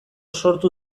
sortu